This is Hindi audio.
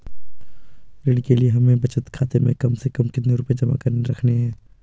ऋण के लिए हमें बचत खाते में कम से कम कितना रुपये जमा रखने हैं?